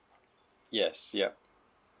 yes ya